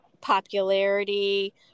popularity